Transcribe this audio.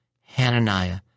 Hananiah